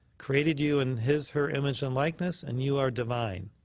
created you in his her image and likeness, and you are divine.